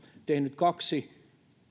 tehnyt kaksi